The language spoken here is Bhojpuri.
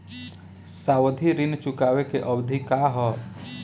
सावधि ऋण चुकावे के अवधि का ह?